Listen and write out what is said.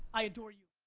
i adore you